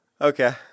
Okay